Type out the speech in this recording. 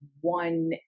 one